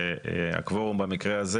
שהקוורום במקרה הזה,